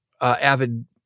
avid